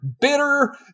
bitter